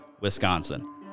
Wisconsin